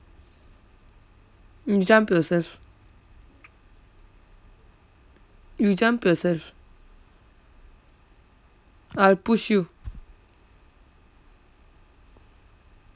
you jump yourself you jump yourself I'll push you